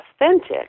authentic